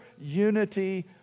unity